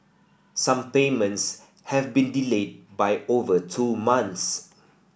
some payments have been delayed by over two months